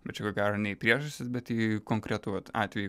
bet čia ko gero nei priežastys bet į konkretų vat atvejį